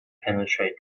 penetrate